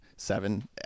seven